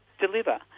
deliver